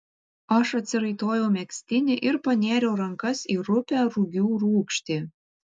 aš atsiraitojau megztinį ir panėriau rankas į rupią rugių rūgštį